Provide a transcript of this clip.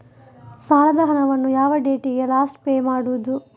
ಸಾಲದ ಹಣವನ್ನು ಯಾವ ಡೇಟಿಗೆ ಲಾಸ್ಟ್ ಪೇ ಮಾಡುವುದು?